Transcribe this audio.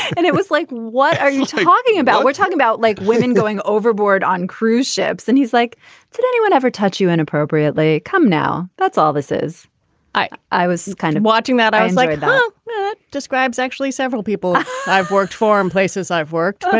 and it was like what are you talking about. we're talking about like women going overboard on cruise ships and he's like did anyone ever touch you inappropriately. come now. that's all this is i. i was kind of watching that i was like and no it describes actually several people i've worked for in places i've worked.